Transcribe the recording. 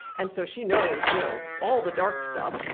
and so she knows you know all the dark stuff,